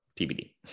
TBD